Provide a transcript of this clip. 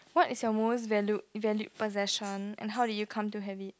what is your most valued valued possession and how did you come to have it